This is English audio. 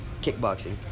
Kickboxing